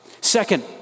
Second